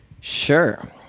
Sure